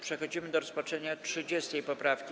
Przechodzimy do rozpatrzenia 30. poprawki.